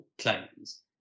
claims